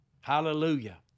Hallelujah